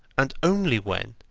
and only when,